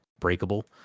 Breakable